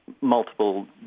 multiple